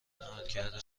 عملکرد